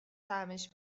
طعمش